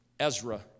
Ezra